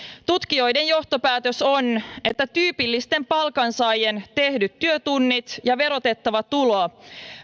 tutkijoiden johtopäätös on että tyypillisten palkansaajien tehdyt työtunnit ja verotettava tulo